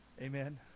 Amen